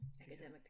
Academic